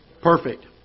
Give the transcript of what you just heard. Perfect